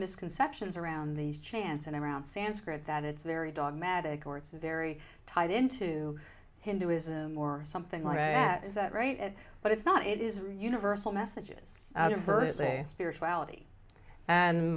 misconceptions around these chants and around sanskrit that it's very dogmatic or it's very tied into hinduism or something like that is that right but it's not it is universal messages berkeley spirituality and